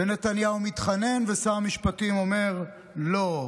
ונתניהו מתחנן, ושר המשפטים אומר לא.